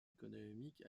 économique